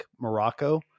Morocco